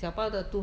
I think